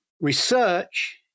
research